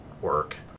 work